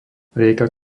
rieka